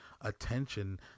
attention